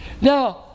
Now